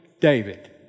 David